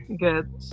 Good